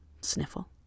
sniffle